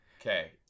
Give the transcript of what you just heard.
okay